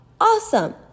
Awesome